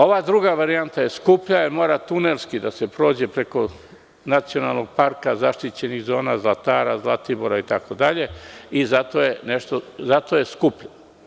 Ova druga varijanta je skuplja, jer mora tunelski da se prođe preko nacionalnog parka, zaštićenih zona, Zlatara, Zlatibora itd. i zato je skuplja.